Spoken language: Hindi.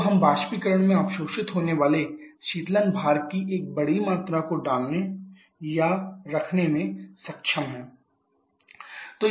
तो हम बाष्पीकरण में अवशोषित होने वाले शीतलन भार की एक बड़ी मात्रा को रखने में सक्षम हैं